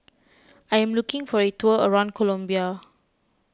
I am looking for a tour around Colombia